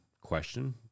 question